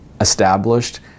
established